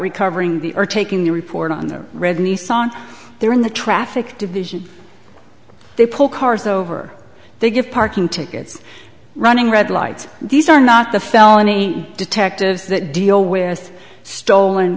recovering the or taking the report on the red nissan there in the traffic division they pull cars over they give parking tickets running red lights these are not the felony detectives that deal with stolen